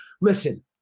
Listen